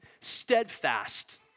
Steadfast